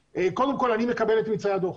קודם כל אני מקבל את ממצאי הדוח.